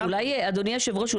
אדוני היושב ראש,